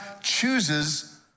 chooses